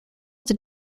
did